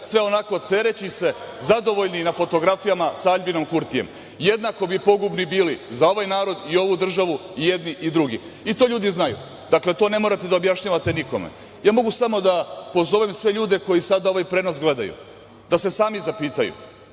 sve onako cereći se, zadovoljni i na fotografijama sa Aljbinom Kurtijem, jednako bi pogubni bili za ovaj narod i ovu državu i jedni i drugi, i to ljudi znaju. Dakle, to ne morate da objašnjavate nikome. Mogu samo da pozovem sve ljude koji sada ovaj prenos gledaju, da se sami zapitaju